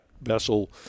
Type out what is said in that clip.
vessel